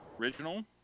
original